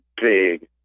big